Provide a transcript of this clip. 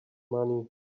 money